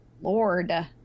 lord